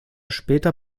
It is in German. später